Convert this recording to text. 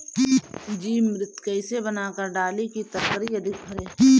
जीवमृत कईसे बनाकर डाली की तरकरी अधिक फरे?